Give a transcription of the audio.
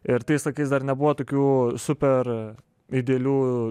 ir tais laikais dar nebuvo tokių super idealių